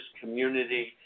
community